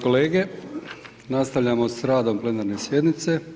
kolege nastavljamo s radom plenarne sjednice.